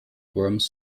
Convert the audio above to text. worms